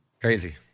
crazy